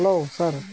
hello sir